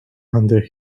under